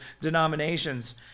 denominations